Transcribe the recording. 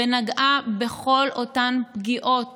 ונגעה בכל אותן פגיעות